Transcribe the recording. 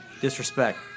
disrespect